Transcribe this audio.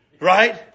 right